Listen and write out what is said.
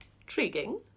Intriguing